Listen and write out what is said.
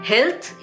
Health